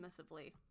dismissively